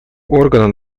органа